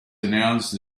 announced